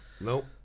Nope